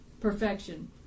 perfection